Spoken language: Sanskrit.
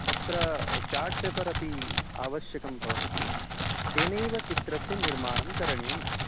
तत्र चाट् पेपर् अपि आवश्यकं भवति तेनैव चित्रस्य निर्माणं करणीयमस्ति